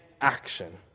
action